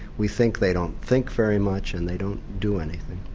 we think they don't think very much and they don't do anything.